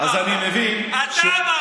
אז אני מבין, אתה אמרת.